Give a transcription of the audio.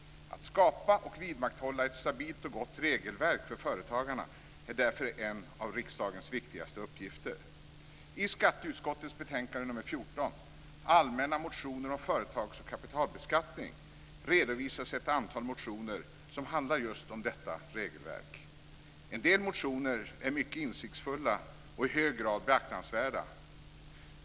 Att skapa och vidmakthålla ett stabilt och gott regelverk för företagarna är därför en av riksdagens viktigaste uppgifter. I skatteutskottets betänkande nr 14 Allmänna motioner om företags och kapitalbeskattning redovisas ett antal motioner som handlar just om detta regelverk. En del motioner är mycket insiktsfulla och i hög grad beaktansvärda.